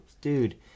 dude